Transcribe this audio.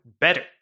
better